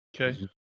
Okay